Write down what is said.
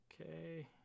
Okay